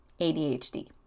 ADHD